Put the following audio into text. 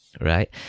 right